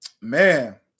man